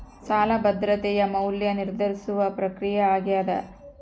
ಸಾಲ ಭದ್ರತೆಯ ಮೌಲ್ಯ ನಿರ್ಧರಿಸುವ ಪ್ರಕ್ರಿಯೆ ಆಗ್ಯಾದ